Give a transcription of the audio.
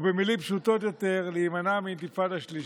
או במילים פשוטות יותר, להימנע מאינתיפאדה שלישית.